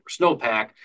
snowpack